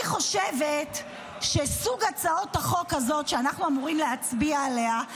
אני חושבת שסוג של הצעת החוק כזו שאנחנו אמורים להצביע עליה,